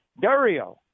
Dario